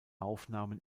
aufnahmen